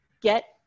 get